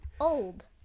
Old